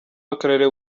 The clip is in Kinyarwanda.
w’akarere